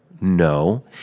no